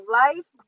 life